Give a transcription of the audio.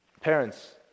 Parents